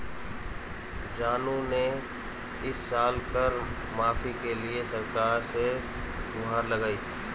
जानू ने इस साल कर माफी के लिए सरकार से गुहार लगाई